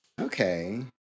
Okay